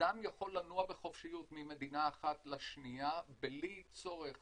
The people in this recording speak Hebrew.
אדם יכול לנוע בחופשיות ממדינה אחת לשנייה בלי הצורך